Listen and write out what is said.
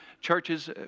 churches